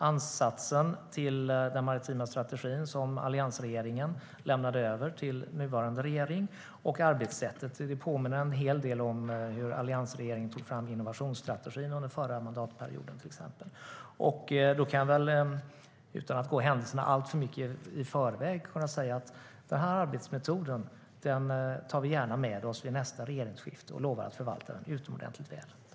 Ansatsen till den maritima strategin lämnade alliansregeringen över till nuvarande regering, och arbetssättet påminner en hel del om hur alliansregeringen tog fram innovationsstrategin under den förra mandatperioden.